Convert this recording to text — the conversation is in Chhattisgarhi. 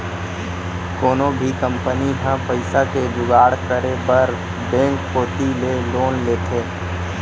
कोनो भी कंपनी ह पइसा के जुगाड़ करे बर बेंक कोती ले लोन लेथे